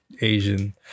Asian